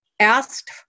asked